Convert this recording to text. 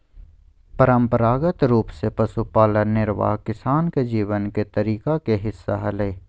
परंपरागत रूप से पशुपालन निर्वाह किसान के जीवन के तरीका के हिस्सा हलय